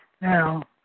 Now